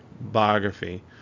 biography